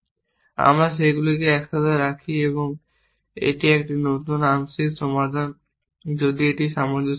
আমরা সেগুলিকে একসাথে রাখি এবং এটি একটি নতুন আংশিক সমাধান যদি এটি সামঞ্জস্যপূর্ণ হয়